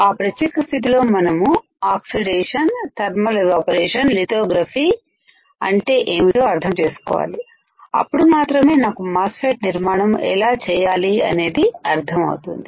ఆ ప్రత్యేక స్థితిలో మనము ఆక్సిడేషన్ థర్మల్ ఎవాపరేషన్ లితోగ్రఫీ అంటే ఏమిటో అర్థం చేసుకోవాలి అప్పుడు మాత్రమే నాకు మాస్ ఫెట్ నిర్మాణము ఎలా చేయాలి అనేది అర్థమవుతుంది